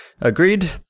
Agreed